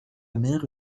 mère